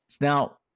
Now